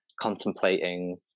contemplating